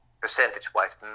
percentage-wise